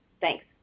Thanks